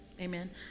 amen